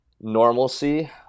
normalcy